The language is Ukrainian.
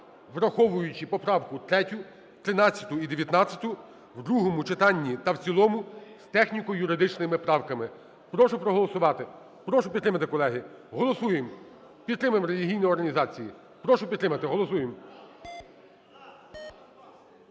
враховуючи поправку 3, 13 і 19 в другому читанні та в цілому з техніко-юридичними правками. Прошу проголосувати, прошу підтримати, колеги. Голосуємо! Підтримаємо релігійні організації. Прошу підтримати! Голосуємо.